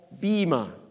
bima